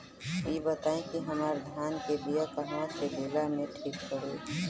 इ बताईं की हमरा धान के बिया कहवा से लेला मे ठीक पड़ी?